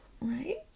Right